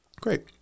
great